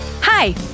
Hi